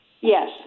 Yes